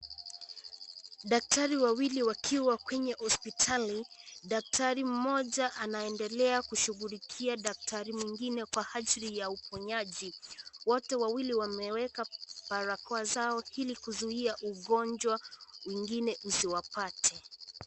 Daktari wawili wakiwa kwenye hospitali. Daktari mmoja anaendela kushughulikia daktari mwengine kwa ajili ya uponyaji. Wote wawili wameweka barakoa zao ili kuzuia ugonjwa mwingine usiwapate.